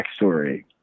backstory